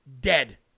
dead